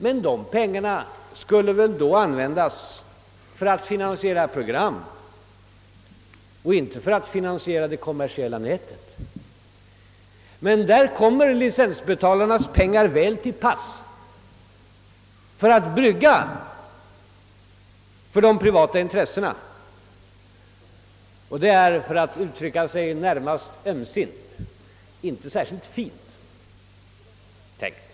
Men dessa pengar skulle väl då användas för att finansiera program och inte för att finansiera det kommersiella nätet. Men där kommer licensbetalarnas pengar väl till pass för att brygga för de privata intressena. För att uttrycka sig närmast ömsint är detta inte särskilt fint tänkt.